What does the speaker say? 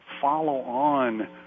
follow-on